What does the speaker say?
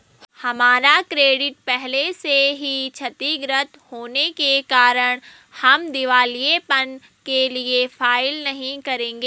हमारा क्रेडिट पहले से ही क्षतिगृत होने के कारण हम दिवालियेपन के लिए फाइल नहीं करेंगे